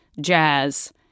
jazz